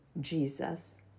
Jesus